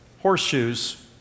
horseshoes